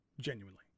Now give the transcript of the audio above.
genuinely